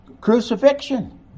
crucifixion